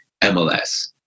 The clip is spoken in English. MLS